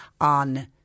on